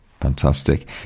Fantastic